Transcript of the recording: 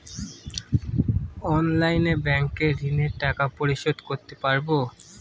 অনলাইনে ব্যাংকের ঋণের টাকা পরিশোধ করতে পারবো?